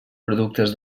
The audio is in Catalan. productes